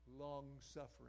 Long-suffering